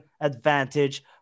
advantage